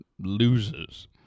loses